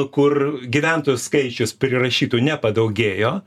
kur gyventojų skaičius prirašytų nepadaugėjo